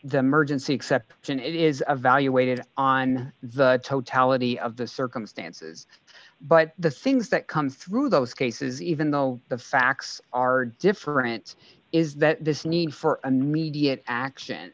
the emergency exception it is a value weighted on the totality of the circumstances but the things that come through those cases even though the facts are different is that this need for immediate action